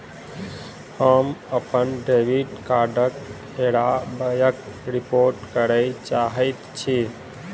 हम अप्पन डेबिट कार्डक हेराबयक रिपोर्ट करय चाहइत छि